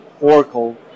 Oracle